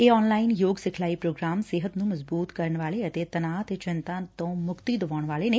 ਇਹ ਆਨਲਾਈਨ ਯੋਗ ਸਿਖਲਾਈ ਧ੍ਰੋਗਰਾਮ ਸਿਹਤ ਨ੍ਹੰ ਮਜਬੁਤ ਕਰਨ ਵਾਲੇ ਅਤੇ ਤਣਾਅ ਤੇ ਚਿੰਤਾ ਤੋਂ ਮੁਕਤੀ ਦਵਾਉਣ ਵਾਲੇ ਨੇ